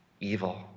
Evil